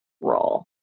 role